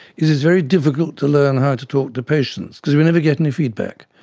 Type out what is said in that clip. is it's very difficult to learn how to talk to patients because we never get any feedback.